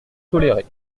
tolérer